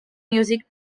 music